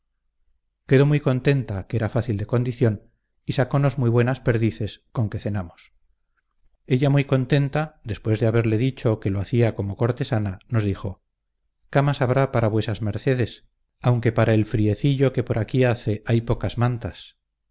quedó muy contenta que era fácil de condición y saconos muy buenas perdices conque cenamos ella muy contenta después de haberle dicho que lo hacía como cortesana nos dijo camas habrá para vuesas mercedes aunque para el friecillo que por aquí hace hay pocas mantas